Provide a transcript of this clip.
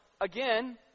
again